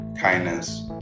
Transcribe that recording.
Kindness